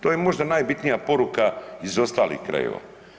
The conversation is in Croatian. To je možda najbitnija poruka iz ostalih krajeva.